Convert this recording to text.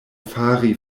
fari